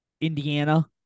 Indiana